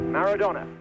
Maradona